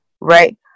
Right